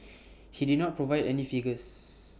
he did not provide any figures